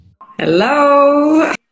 Hello